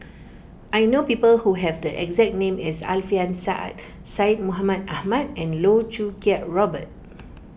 I know people who have the exact name as Alfian Sa'At Syed Mohamed Ahmed and Loh Choo Kiat Robert